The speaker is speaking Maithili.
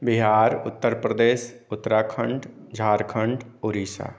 बिहार उत्तर प्रदेश उत्तराखण्ड झारखण्ड उड़ीसा